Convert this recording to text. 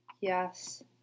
Yes